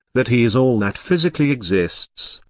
that he is all that physically exists,